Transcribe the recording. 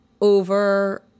over